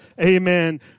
Amen